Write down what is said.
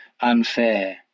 unfair